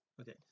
okay